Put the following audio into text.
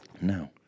No